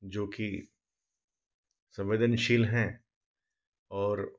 जो कि संवेदनशील हैं और